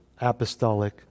apostolic